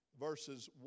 verses